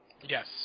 Yes